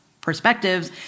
perspectives